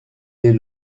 des